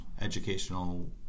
educational